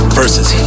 versus